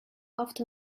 loved